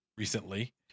Recently